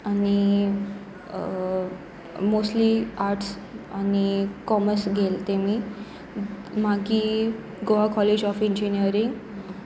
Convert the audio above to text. आनी mostly arts आनी commerce घेतलां तांणी मागीर गोवा कॉलेज ऑफ इंजिनियरींग